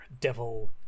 devil